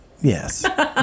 yes